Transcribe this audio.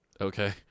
Okay